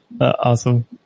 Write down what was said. Awesome